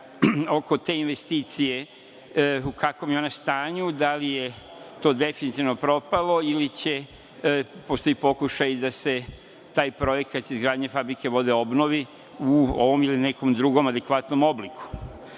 oko te investicije, u kakvom je ona stanju, da li je to definitivno propalo ili postoje pokušaji da se taj projekat izgradnje fabrike vode obnovi u ovom ili nekom drugom adekvatnom obliku.